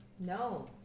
No